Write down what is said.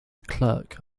clerk